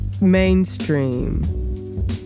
mainstream